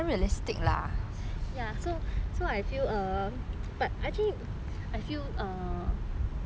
so so I feel err but actually I feel err I think in singapore the